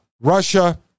Russia